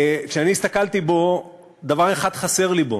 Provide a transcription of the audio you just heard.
כשאני הסתכלתי בו דבר אחד חסר לי בו,